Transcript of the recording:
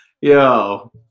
Yo